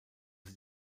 sie